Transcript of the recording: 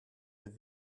with